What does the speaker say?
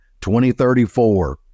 2034